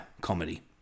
comedy